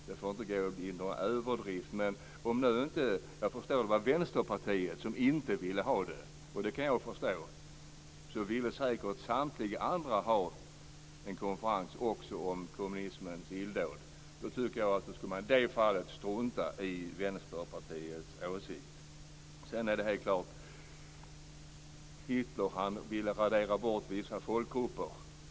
Det får inte gå till överdrift. Såvitt jag förstår var det Vänsterpartiet som inte ville ha en konferens. Det kan jag förstå. Säkert ville samtliga andra ha en konferens också om kommunismens illdåd. Då tycker jag att man i det fallet ska strunta i Vänsterpartiets åsikt. Hitler ville radera bort vissa folkgrupper.